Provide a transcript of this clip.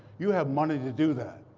you have money to do that.